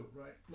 right